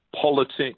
politics